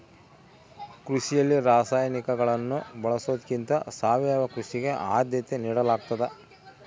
ಕೃಷಿಯಲ್ಲಿ ರಾಸಾಯನಿಕಗಳನ್ನು ಬಳಸೊದಕ್ಕಿಂತ ಸಾವಯವ ಕೃಷಿಗೆ ಆದ್ಯತೆ ನೇಡಲಾಗ್ತದ